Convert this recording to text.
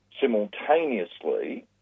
simultaneously